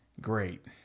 great